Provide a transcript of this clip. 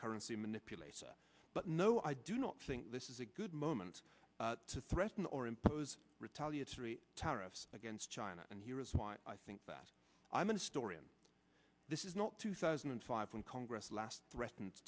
currency manipulator but no i do not think this is a good moment to threaten or impose retaliatory tariffs against china and here is why i think that i'm in a store in this is not two thousand and five when congress last threaten